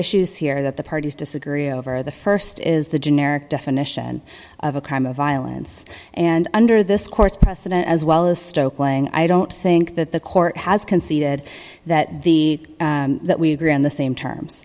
issues here that the parties disagree over the st is the generic definition of a crime of violence and under this court's precedent as well as stoke playing i don't think that the court has conceded that the that we agree on the same terms